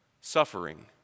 Suffering